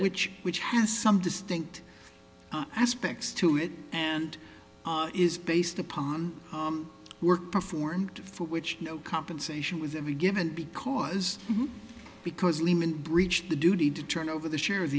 which which has some distinct aspects to it and is based upon work performed for which no compensation with every given because because lehman breached the duty to turn over the share